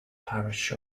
parish